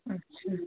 আচ্ছা